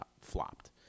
flopped